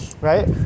right